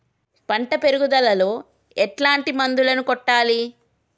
పంట పెరుగుదలలో ఎట్లాంటి మందులను కొట్టాలి?